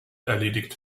erledigt